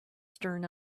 stern